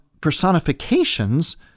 personifications